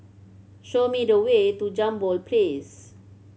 show me the way to Jambol Place